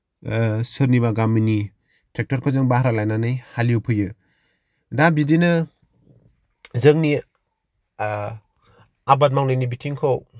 सोरनिबा गामिनि ट्रेक्टरखौ जों भारा लायनानै हालेवफैयो दा बिदिनो जोंनि आबाद मावनायनि बिथिंखौ